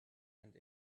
and